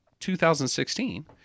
2016